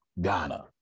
Ghana